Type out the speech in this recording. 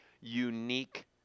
unique